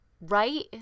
right